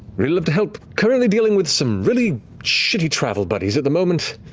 really'd love to help. currently dealing with some really shitty travel buddies at the moment.